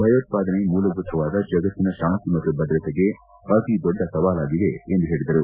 ಭಯೋತ್ಪಾದನೆ ಮೂಲಭೂತವಾದ ಜಗತ್ತಿನ ಶಾಂತಿ ಮತ್ತು ಭದ್ರತೆಗೆ ಅತೀ ದೊಡ್ಡ ಸವಾಲಾಗಿದೆ ಎಂದು ಹೇಳದರು